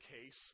case